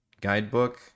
guidebook